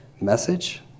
message